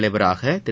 தலைவராக திரு